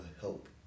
help